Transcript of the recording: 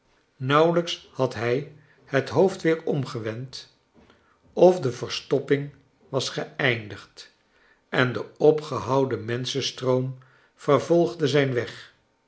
nauwelijks had hij het hoofd weer omgewend of de verstopping was geeindigd en de opgehouden menschenstroom vervolgde zijn weg